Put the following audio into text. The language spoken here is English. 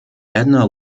edna